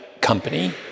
company